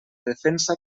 defensa